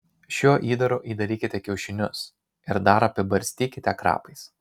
šiuo įdaru įdarykite kiaušinius ir dar apibarstykite krapais